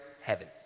heaven